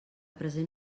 present